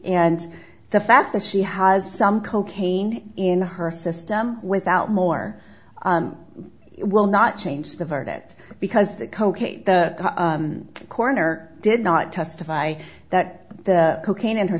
and the fact that she has some cocaine in her system without more will not change the verdict because the coroner did not testify that the cocaine in her